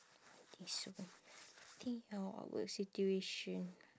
think of awkward situation